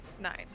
nine